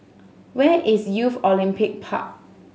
where is Youth Olympic Park